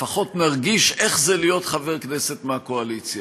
לפחות נרגיש איך זה להיות חבר כנסת מהקואליציה.